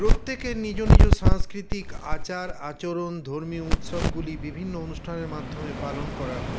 প্রত্যেকে নিজ নিজ সাংস্কৃতিক আচার আচরণ ধর্মীয় উৎসবগুলি বিভিন্ন অনুষ্ঠানের মাধ্যমে পালন করা হয়